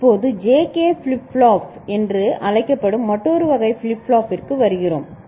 இப்போது JK flip flop என்று அழைக்கப்படும் மற்றொரு வகை ஃபிளிப் ஃப்ளாப்பிற்கு வருகிறோம்